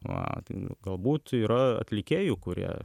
va tai galbūt yra atlikėjų kurie